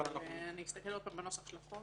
אבל אנחנו --- אני אסתכל עוד פעם בנוסח של החוק.